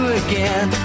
again